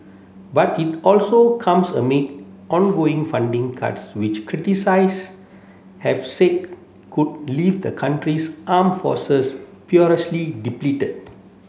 but it also comes amid ongoing funding cuts which criticise have said could leave the country's arm forces perilously depleted